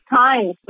times